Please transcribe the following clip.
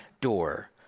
door